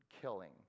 killing